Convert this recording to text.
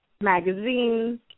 magazines